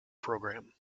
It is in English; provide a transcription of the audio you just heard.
program